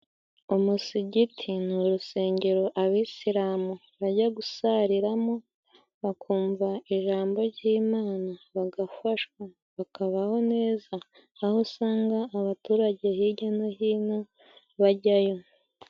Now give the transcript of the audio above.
Umusigiti ni urusengero abisilamu bajya gusariramo bakumva ijambo ry'imana bagafashwa ,bakabaho neza, aho usanga abaturage hijya no hino bajyayo.